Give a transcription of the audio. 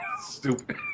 Stupid